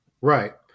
Right